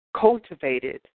cultivated